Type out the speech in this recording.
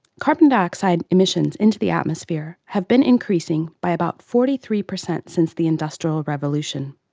carbon dioxide emissions into the atmosphere have been increasing by about forty three per cent since the industrial revolution,